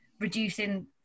reducing